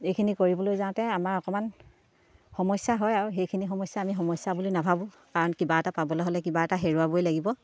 এইখিনি কৰিবলৈ যাওঁতে আমাৰ অকণমান সমস্যা হয় আৰু সেইখিনি সমস্যা আমি সমস্যা বুলি নাভাবোঁ কাৰণ কিবা এটা পাবলৈ হ'লে কিবা এটা হেৰুৱাবই লাগিব